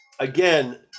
Again